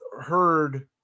heard